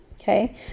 Okay